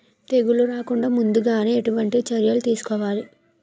తెగుళ్ల రాకుండ ముందుగానే ఎటువంటి చర్యలు తీసుకోవాలి?